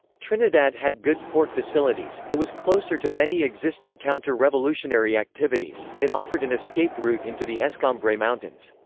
trinidad had good port facilities, it was closer to many existing counter-revolutionary activities, and it offered an escape route into the escambray mountains.